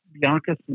Bianca